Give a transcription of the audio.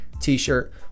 t-shirt